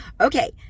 Okay